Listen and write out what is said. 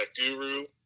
guru